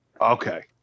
Okay